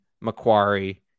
Macquarie